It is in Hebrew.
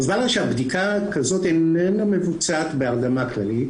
הובהר לה שבדיקה כזאת איננה מבוצעת בהרדמה כללית